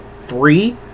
three